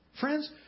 Friends